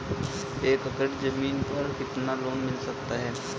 एक एकड़ जमीन पर कितना लोन मिल सकता है?